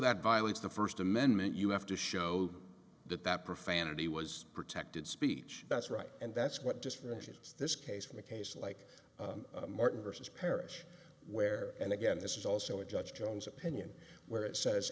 that violates the first amendment you have to show that that profanity was protected speech that's right and that's what differentiates this case from a case like martin versus parish where and again this is also a judge jones opinion where it says